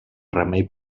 remei